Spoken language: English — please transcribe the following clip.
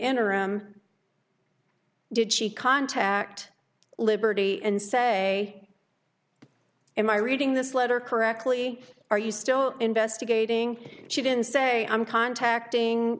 interim did she contact liberty and say am i reading this letter correctly are you still investigating she didn't say i'm contacting